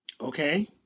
okay